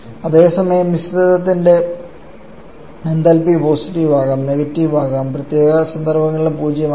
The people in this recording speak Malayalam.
അതേസമയം മിശ്രിതത്തിന്റെ എന്തൽപി പോസിറ്റീവ് ആകാം നെഗറ്റീവ് ആകാം പ്രത്യേക സന്ദർഭങ്ങളിലും പൂജ്യമാകാം